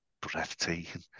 breathtaking